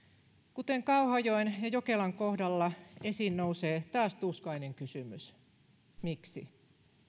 kuten kauhajoen ja jokelan kohdalla esiin nousee taas tuskainen kysymys miksi